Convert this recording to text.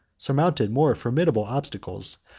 surmounted more formidable obstacles,